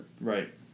Right